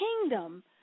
kingdom